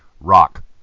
rock